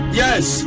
yes